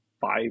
five